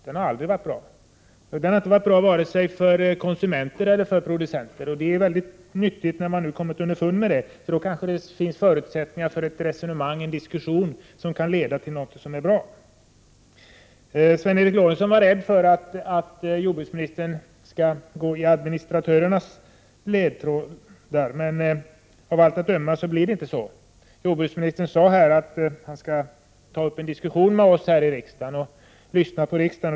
Den har aldrig varit bra vare sig för konsumenter eller för producenter. Det är nyttigt att man har kommit underfund med det, för då kanske det finns förutsättningar för ett resonemang och en diskussion som kan leda till något bra. Sven Eric Lorentzon var rädd för att jordbruksministern skulle gå i administratörernas ledband. Av allt att döma blir det inte så. Jordbruksministern sade att han skall ta upp en diskussion med oss här i riksdagen och lyssna på riksdagen.